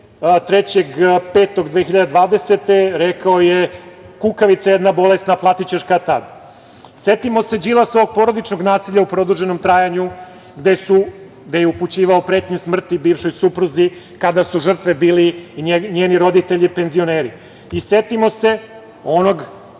godine, rekao je – kukavice jedna bolesna, platićeš kad tad. Setimo se Đilasovog porodičnog nasilja u produženom trajanju gde je upućivao pretnje smrti bivšoj supruzi kada su žrtve bili njeni roditelji penzioneri. Setimo se onog